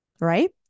right